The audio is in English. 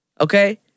Okay